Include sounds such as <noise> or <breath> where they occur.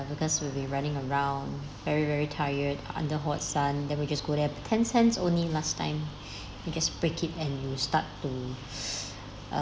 because we'll be running around very very tired under hot sun then we just go there ten cents only last time you just break it and you start to <breath>